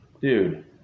Dude